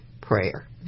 prayer